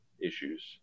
issues